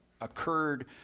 occurred